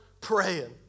praying